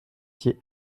sans